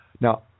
Now